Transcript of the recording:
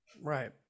right